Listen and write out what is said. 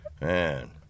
Man